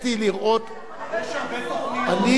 יש הרבה תוכניות, אני